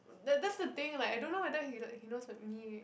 that that's the thing like I don't know whether he like he knows of me